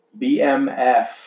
BMF